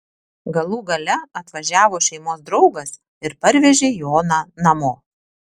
galų gale atvažiavo šeimos draugas ir parvežė joną namo